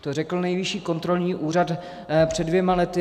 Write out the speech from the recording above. To řekl Nejvyšší kontrolní úřad před dvěma lety.